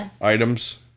items